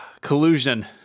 Collusion